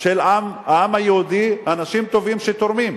של העם היהודי, אנשים טובים שתורמים.